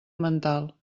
mental